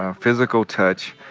ah physical touch,